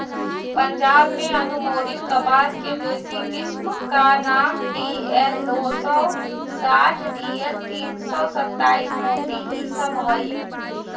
पंजाब में अनुमोदित कपास के देशी किस्म का नाम डी.एल दो सौ साठ डी.एल तीन सौ सत्ताईस, मोती इ सब हई